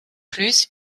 plus